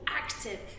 active